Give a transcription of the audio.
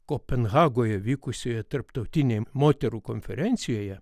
kopenhagoje vykusioje tarptautinėje moterų konferencijoje